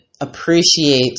appreciate